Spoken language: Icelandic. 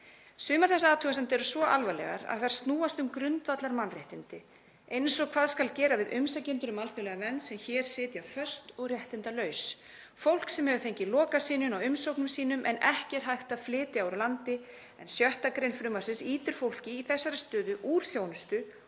Sumar þessara athugasemda eru svo alvarlegar að þær snúast um grundvallarmannréttindi eins og hvað skuli gera við umsækjendur um alþjóðlega vernd sem hér sitja föst og réttindalaus, fólk sem hefur fengið lokasynjun á umsóknum sínum en ekki er hægt að flytja úr landi. 6. gr. frumvarpsins ýtir fólki í þessari stöðu úr þjónustu